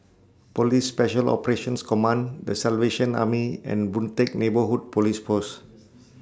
Police Special Operations Command The Salvation Army and Boon Teck Neighbourhood Police Post